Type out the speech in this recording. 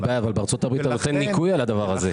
בארצות הברית אתה נותן ניכוי על הדבר הזה.